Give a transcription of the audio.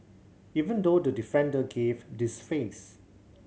even though the defender gave this face